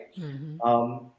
right